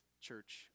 church